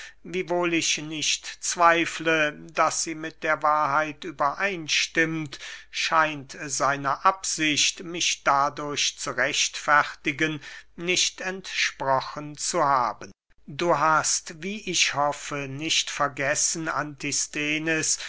wiewohl ich nicht zweifle daß sie mit der wahrheit übereinstimmt scheint seiner absicht mich dadurch zu rechtfertigen nicht entsprochen zu haben du hast wie ich hoffe nicht vergessen